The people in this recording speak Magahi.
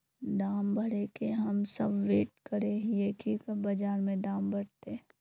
दाम बढ़े के हम सब वैट करे हिये की कब बाजार में दाम बढ़ते?